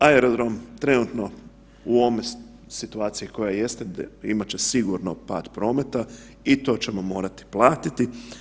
Aerodrom trenutno u ovoj situaciji koja jeste imat će sigurno pad prometa i to ćemo morati platiti.